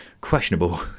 questionable